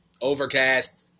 Overcast